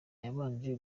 yabanje